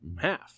half